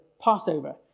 Passover